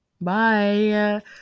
Bye